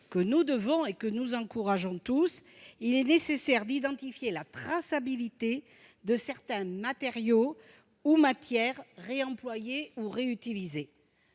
de réemploi que nous encourageons tous, il est nécessaire d'identifier la traçabilité de certains matériaux ou matières réemployés ou réutilisés.